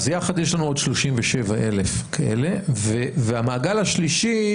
אז יחד יש לנו עוד 37,000 כאלה והמעגל השלישי,